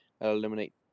eliminate